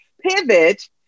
pivot